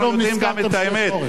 אנחנו יודעים גם את האמת.